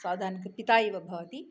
सावधानिकः पिता इव भवति